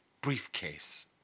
briefcase